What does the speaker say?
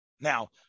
Now